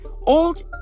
old